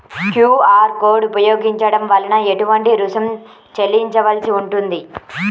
QR code ఉపయోగించటం వలన ఏటువంటి రుసుం చెల్లించవలసి ఉంటుంది?